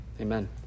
amen